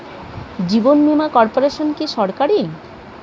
জীবন বীমা কর্পোরেশন কি সরকারি?